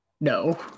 No